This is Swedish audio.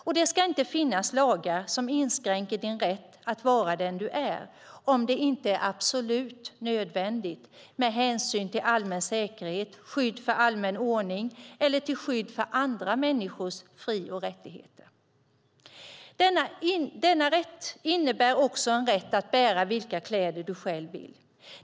Och det ska inte finnas lagar som inskränker din rätt att vara den du är om det inte är absolut nödvändigt med hänsyn till allmän säkerhet, till skydd för allmän ordning eller till skydd för andra människors fri och rättigheter. Denna rätt innebär också en rätt att bära vilka kläder du själv vill.